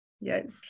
Yes